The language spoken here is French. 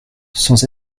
sans